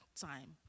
time